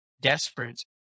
desperate